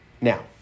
Now